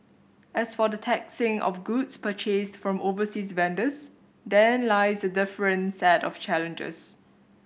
as for the taxing of goods purchased from overseas vendors therein lies a different set of challenges